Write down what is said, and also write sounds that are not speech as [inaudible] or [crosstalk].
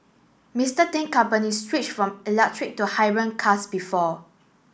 Mister Ting company switched from electric to [unintelligible] cars before